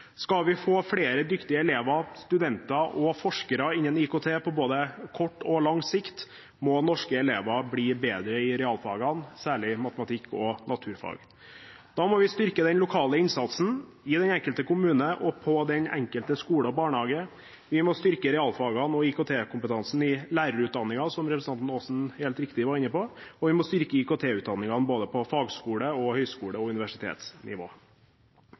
Skal vi få flere dyktige elever, studenter og forskere innen IKT på både kort og lang sikt, må norske elever bli bedre i realfagene, særlig i matematikk og naturfag. Da må vi styrke den lokale innsatsen i den enkelte kommune og den enkelte skole og barnehage. Vi må styrke realfagene og IKT-kompetansen i lærerutdanningen, som representanten Aasen helt riktig var inne på, og vi må styrke IKT-utdanningene på både fagskole-, høyskole- og universitetsnivå.